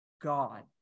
God